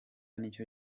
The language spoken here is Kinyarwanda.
nicyo